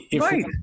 Right